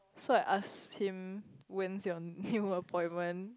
so I ask him when he is on he on appointment